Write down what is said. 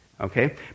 Okay